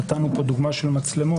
נתנו פה דוגמה שבמצלמות,